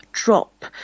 Drop